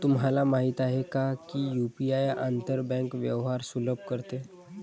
तुम्हाला माहित आहे का की यु.पी.आई आंतर बँक व्यवहार सुलभ करते?